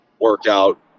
workout